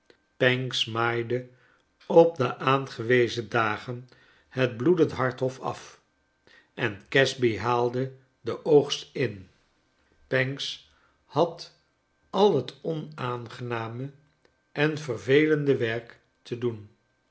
pancks maaide op de aangewezen dagen het bloedende hart hof af en casby haalde den oogst in pancks had al het onaangename en vervelende werk te doen